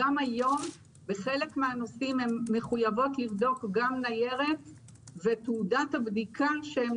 גם היום בחלק מהנושאים הן מחויבות לבדוק גם ניירת ותעודת הבדיקה שהן